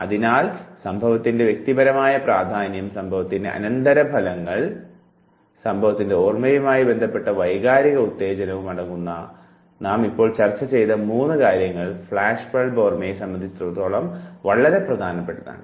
അതിനാൽ സംഭവത്തിന്റെ വ്യക്തിപരമായ പ്രാധാന്യം സംഭവത്തിൻറെ അനന്തരഫലങ്ങൾ സംഭവത്തിൻറെ ഓർമ്മയുമായി ബന്ധപ്പെട്ട വൈകാരിക ഉത്തേജനവും അടങ്ങുന്ന നാം ഇപ്പോൾ ചർച്ച ചെയ്ത മൂന്ന് കാര്യങ്ങൾ ഫ്ലാഷ് ബൾബ് ഓർമ്മയെ സംബന്ധിച്ചിടത്തോളം വളരെ പ്രധാനപ്പെട്ടതാകുന്നു